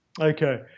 Okay